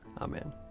Amen